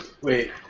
Wait